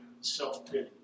self-pity